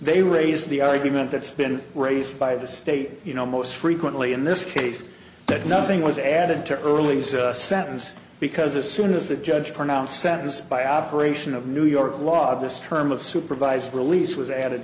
they raised the argument that's been raised by the state you know most frequently in this case that nothing was added to earlies sentence because as soon as the judge pronounced sentence by operation of new york law this term of supervised release was added